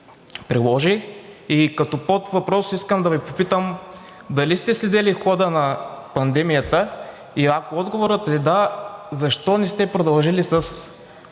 приложи? Като подвъпрос искам да Ви попитам: дали сте следили хода на пандемията и ако отговорът е да, защо не сте продължили с